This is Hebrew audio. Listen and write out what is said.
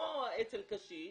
לא אצל קשיש,